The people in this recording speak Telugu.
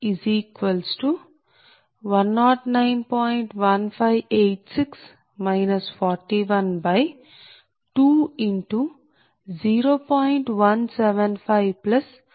1586 4120